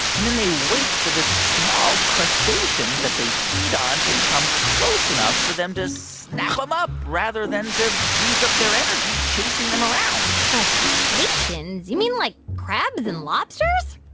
and then they wait for the small crustaceans that they feed on to come close enough for them to snap them um up, rather than to use up their energy chasing them around crustaceans? you mean like crabs and lobsters?